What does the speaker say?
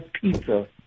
pizza